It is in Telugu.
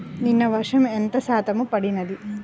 నిన్న వర్షము ఎంత శాతము పడినది?